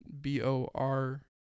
b-o-r